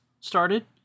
started